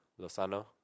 Lozano